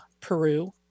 Peru